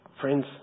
Friends